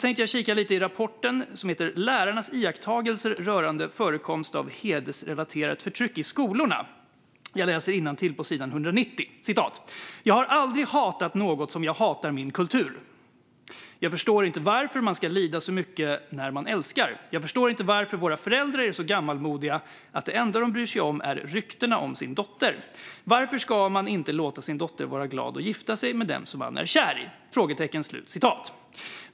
Jag har kikat lite i rapporten Lärarnas iakttagelser rörande förekomst av " hedersrelaterat förtryck " i skolorna . Och i en annan rapport läser jag: Jag har aldrig hatat något som jag har hatat min kultur. Jag förstår inte varför man ska lida så mycket när man älskar. Jag förstår inte varför våra föräldrar är så gammalmodiga att det enda de bryr sig om är ryktena om sin dotter. Varför ska man inte låta sin dotter vara glad och gifta sig med den kille hon är kär i?